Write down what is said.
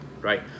right